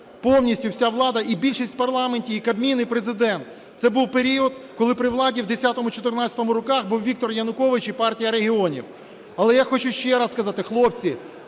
повністю вся влада: і більшість в парламенті, і Кабмін, і Президент. Це був період, коли при владі в 2010-2014 роках був Віктор Янукович і Партія регіонів. Але я хочу ще раз сказати: хлопці,